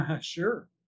Sure